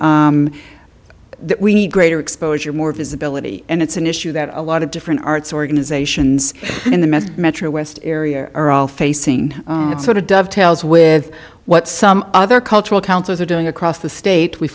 that we need greater exposure more visibility and it's an issue that a lot of different arts organizations in the metro west area are all facing it's sort of dovetails with what some other cultural councils are doing across the state we